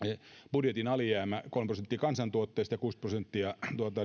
budjetin alijäämä on kolme prosenttia kansantuotteesta ja